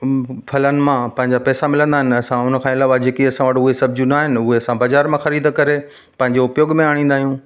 फलनि मां पंहिंजे पैसा मिलंदा आहिनि असां उनखां अलवा उहे सब्जियूं न आहिनि हूअ असां बाज़ारि मां ख़रीद करे पंहिंजो उपयोगु में आणींदा आहियूं